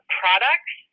products